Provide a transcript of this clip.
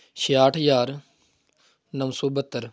ਛਿਆਹਠ ਹਜ਼ਾਰ ਨੌ ਸੌ ਬਹੱਤਰ